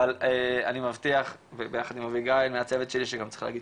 אבל אני מבטיח ביחד עם אביגיל מהצוות שלי שצריך להגיד